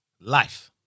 life